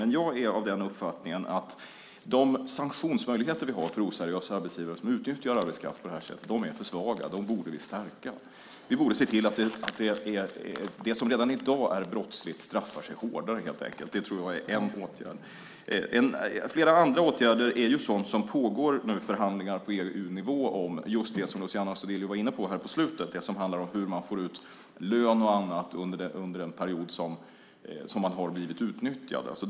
Men jag är av den uppfattningen att de sanktionsmöjligheter vi har mot oseriösa arbetsgivare som utnyttjar arbetskraft på det här sättet är för svaga. Dem borde vi stärka. Vi borde helt enkelt se till att det som redan i dag är brottsligt straffar sig hårdare. Det tror jag är en åtgärd. Angående flera andra åtgärder pågår förhandlingar på EU-nivå om det som Luciano Astudillo var inne på här på slutet, hur man får ut lön och annat för den period då man har blivit utnyttjad.